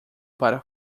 para